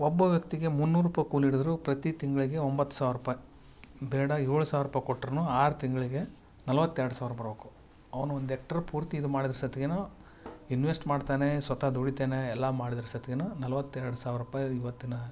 ಒಬ್ಬ ವ್ಯಕ್ತಿಗೆ ಮುನ್ನೂರು ರೂಪಾಯಿ ಕೂಲಿ ಹಿಡದರೂ ಪ್ರತಿ ತಿಂಗಳಿಗೆ ಒಂಬತ್ತು ಸಾವಿರ ರೂಪಾಯಿ ಬೇಡ ಏಳು ಸಾವಿರ ರೂಪಾಯಿ ಕೊಟ್ಟರೂನು ಆರು ತಿಂಗಳಿಗೆ ನಲವತ್ತು ಎರಡು ಸಾವಿರ ಬರಬೇಕು ಅವನು ಒಂದು ಎಕ್ಟರ್ ಪೂರ್ತಿ ಇದು ಮಾಡಿದರೆ ಸತ್ಗೆನು ಇನ್ವೆಸ್ಟ್ ಮಾಡ್ತಾನೆ ಸ್ವತಃ ದುಡಿತಾನೆ ಎಲ್ಲಾ ಮಾಡದರೂ ಸತ್ಗೆನು ನಲವತ್ತು ಎರಡು ಸಾವಿರ ರೂಪಾಯಿ ಇವತ್ತಿನ